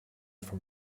from